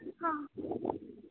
हँ